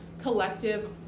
collective